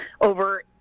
over